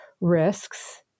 risks